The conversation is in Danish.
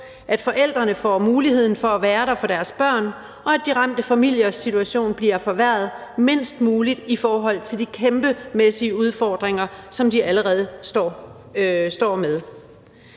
at forældrene får mulighed for at være der for deres børn, og at de ramte familiers situation bliver forværret mindst muligt i forhold til de kæmpemæssige udfordringer, som de allerede står med.